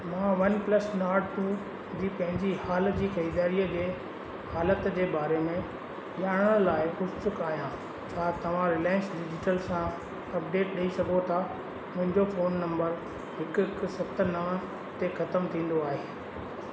मां OnePlus Nord two जी पंहिंजी हाल जी ख़रीदारी जे हालति जे बारे में ॼाणण लाइ उत्सुक आहियां छा तव्हां रिलायंस डिजिटल सां अपडेट ॾेई सघो था मुंहिंजो फोन नंबर हिकु हिकु सत नवं ते ख़तमु थींदो आहे